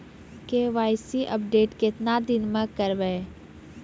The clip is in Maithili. के.वाई.सी अपडेट केतना दिन मे करेबे यो?